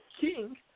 king